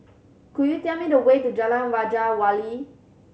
could you tell me the way to Jalan Waja Wali